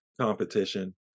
competition